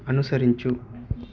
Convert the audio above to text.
అనుసరించు